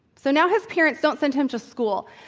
so, now his parents don't send him to school,